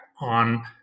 on